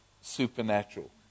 supernatural